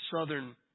southern